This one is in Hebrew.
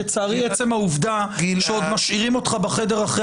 לצערי עצם העובדה שעוד משאירים אותך בחדר אחרי